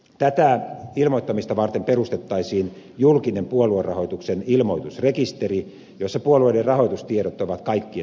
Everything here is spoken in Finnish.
tätä ilmoittamista varten perustettaisiin julkinen puoluerahoituksen ilmoitusrekisteri jossa puolueiden rahoitustiedot ovat kaikkien seurattavissa